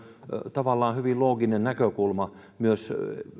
tavallaan hyvin looginen näkökulma